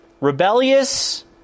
Rebellious